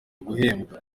guhembwa